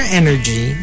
energy